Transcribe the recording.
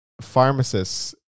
Pharmacists